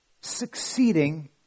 succeeding